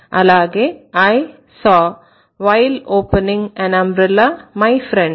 అలాగే I saw while opening an umbrella my friend